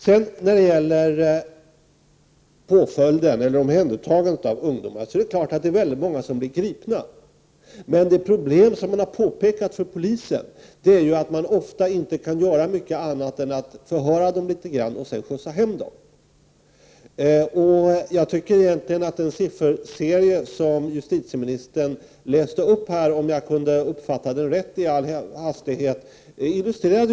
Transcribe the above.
När det sedan gäller påföljder för eller omhändertagande av ungdomar är det självfallet många som blir gripna, men det problem som har påpekats för polisen är att man ofta inte kan göra mycket annat än att förhöra dem litet och sedan skjutsa hem dem. Den sifferserie som justitieministern läste upp illustrerade just detta, om jag uppfattade den rätt i hastigheten.